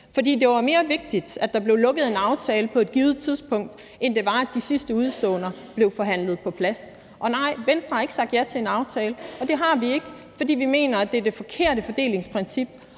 fordi det var mere vigtigt, at der blev lukket en aftale på et givet tidspunkt, end at de sidste udeståender blev forhandlet på plads. Og nej, Venstre har ikke sagt ja til en aftale, og det har vi ikke, fordi vi mener, at det er det forkerte fordelingsprincip